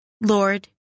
Lord